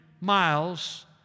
miles